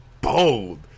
Bold